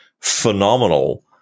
phenomenal